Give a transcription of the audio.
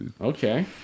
Okay